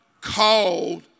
Called